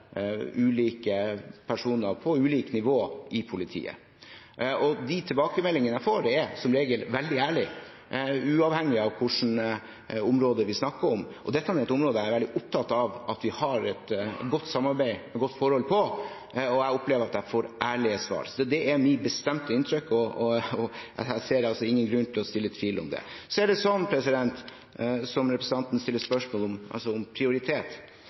ulike personer på ulikt nivå i politiet, og de tilbakemeldingene jeg får, er som regel veldig ærlige, uavhengig av hva slags område vi snakker om. Dette er et område jeg er veldig opptatt av at vi har et godt samarbeid og godt forhold på, og jeg opplever at jeg får ærlige svar. Det er mitt bestemte inntrykk, og jeg ser ingen grunn til å dra dette i tvil. Så er det, som representanten stiller spørsmål om, altså om prioritet.